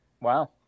Wow